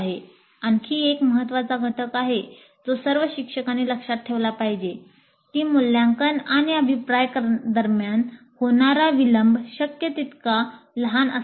हा आणखी एक महत्त्वाचा घटक आहे जो सर्व शिक्षकांनी लक्षात ठेवला पाहिजे की मूल्यांकन आणि अभिप्राय दरम्यान होणारा विलंब शक्य तितका लहान असावा